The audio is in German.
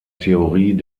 theorie